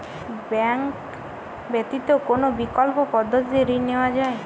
Bank ব্যতিত কোন বিকল্প পদ্ধতিতে ঋণ নেওয়া যায়?